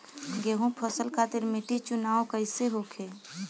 गेंहू फसल खातिर मिट्टी चुनाव कईसे होखे?